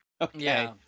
Okay